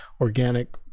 organic